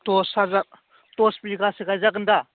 दस हाजार दस बिगासो गायजागोन दा